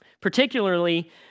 particularly